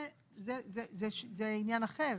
זה עניין אחר.